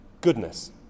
goodness